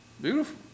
Beautiful